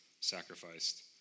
sacrificed